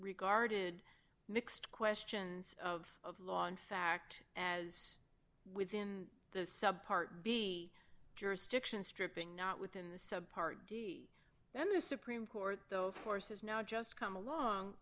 regarded mixed questions of law in fact as within the sub part b jurisdiction stripping not within the sub part d then the supreme court though forces now just come along